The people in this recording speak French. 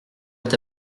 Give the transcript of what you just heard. est